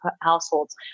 households